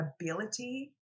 ability